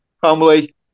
family